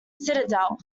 citadel